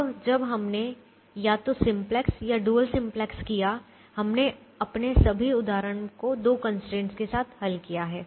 अब जब हमने या तो सिम्प्लेक्स या डुअल सिम्प्लेक्स किया हमने अपने सभी उदाहरणों को 2 कंस्ट्रेंट्स के साथ हल किया है